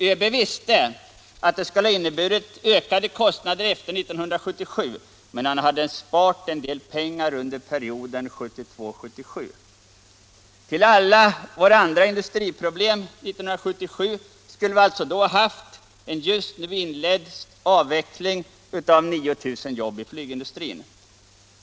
ÖB visste att det skulle ha inneburit ökade kostnader efter 1977, men han hade sparat en del pengar under perioden 1972-1977. Till alla våra andra industriproblem 1977 skulle alltså ha hört en just Allmänpolitisk debatt Allmänpolitisk debatt 100 nu inledd avveckling av 9 000 jobb i flygindustrin.